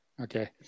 Okay